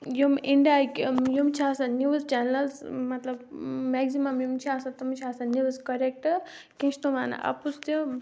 یِم اِنڈیاہٕکۍ یِم چِھ آسان نیٛوٗز چَنَل حظ مَطلَب مؠکزِمَم یِم چھِ آسان تِم چھِ آسان نیٛوٗز کۄرؠکٹہٕ کیٚنٛہہ چھِ تِم وَنان اَپُز تہِ